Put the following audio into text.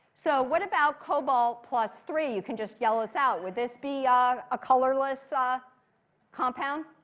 so what about cobalt plus three? you can just yell this out. would this be a colorless ah compound?